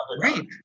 right